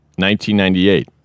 1998